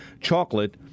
chocolate